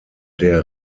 der